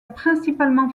principalement